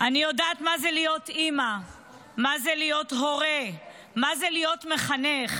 מה זה להיות הורה, מה זה להיות מחנך.